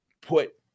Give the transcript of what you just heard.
put